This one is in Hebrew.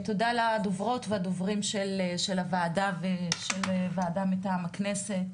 תודה לדוברות והדוברים של הוועדה ושל ועדה מטעם הכנסת,